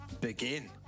begin